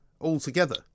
altogether